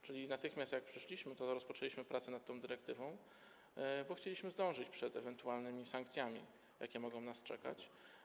Czyli natychmiast jak przyszliśmy, rozpoczęliśmy prace nad tą dyrektywą, bo chcieliśmy zdążyć przed ewentualnymi sankcjami, jakie mogą nas czekać.